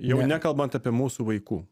jau nekalbant apie mūsų vaikų